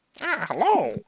hello